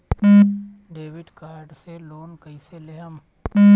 Debit card से loan कईसे लेहम?